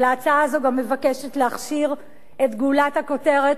אבל ההצעה הזאת גם מבקשת להכשיר את גולת הכותרת,